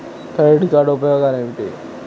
Credit card ఉపయోగాలు ఏమిటి?